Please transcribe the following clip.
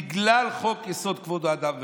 בגלל חוק-יסוד: כבוד האדם וחירותו.